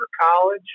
college